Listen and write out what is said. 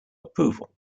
approval